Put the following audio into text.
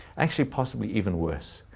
actually, possibly even worse,